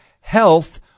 health